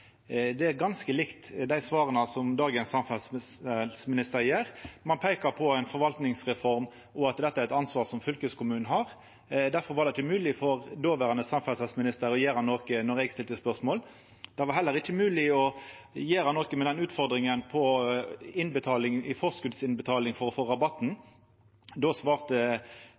Det er ganske likt dei svara som dagens samferdselsminister gjev. Ein peikar på ei forvaltningsreform og at dette er eit ansvar som fylkeskommunen har. Difor var det ikkje mogleg for dåverande samferdselsminister å gjera noko då eg stilte spørsmål. Det var heller ikkje mogleg å gjera noko med utfordringa på forskotsinnbetaling for å få rabatten. Då svarte